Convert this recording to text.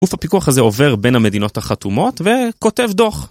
גוף הפיקוח הזה עובר בין המדינות החתומות וכותב דוח.